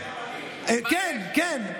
כן, כן.